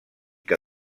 que